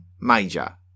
major